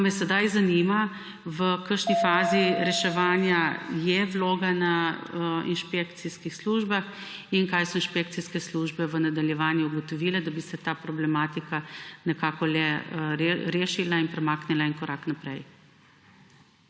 Pa me sedaj zanima; V kateri fazi reševanja je vloga na inšpekcijskih službah? Kaj so inšpekcijske službe v nadaljevanju ugotovile, da bi se ta problematika nekako le rešila in premaknila en korak naprej?